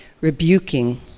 rebuking